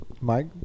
Mike